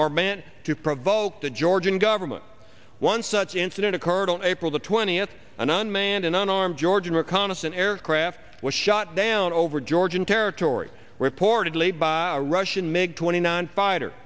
are meant to provoke the georgian government one such incident occurred on april the twentieth an unmanned unarmed georgian reconnaissance aircraft was shot down over georgian territory reportedly by a russian made twenty nine fighter